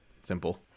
simple